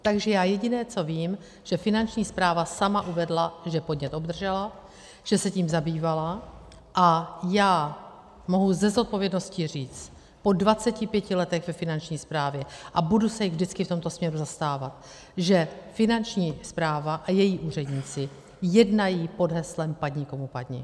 Takže já jediné, co vím, že Finanční správa sama uvedla, že podnět obdržela, že se tím zabývala, a já mohu se zodpovědností říct po 25 letech ve Finanční správě, a budu se jich vždycky v tomto směru zastávat, že Finanční správa a její úředníci jednají pod heslem padni komu padni.